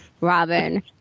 Robin